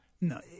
no